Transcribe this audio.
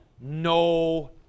no